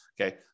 Okay